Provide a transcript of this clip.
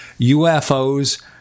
UFOs